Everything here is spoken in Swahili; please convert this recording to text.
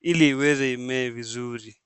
ili iweze imee vizuri.